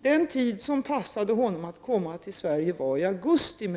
Den tid som passade den östtyske ministern att komma till Sverige var i augusti.